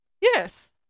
Yes